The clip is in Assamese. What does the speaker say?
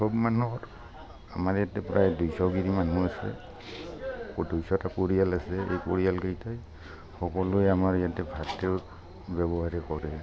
চব মানুহৰ আমাৰ ইয়াতে প্ৰায় দুইশ ঘৰ মানুহ আছে দুইশটা পৰিয়াল আছে এই পৰিয়ালকেইটাই সকলোৱে আমাৰ ইয়াতে ভাতে ব্যৱহাৰ কৰে